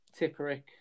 Tipperick